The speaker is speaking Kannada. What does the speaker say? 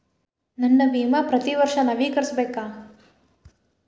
ನನ್ನ ವಿಮಾ ಪ್ರತಿ ವರ್ಷಾ ನವೇಕರಿಸಬೇಕಾ?